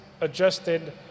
adjusted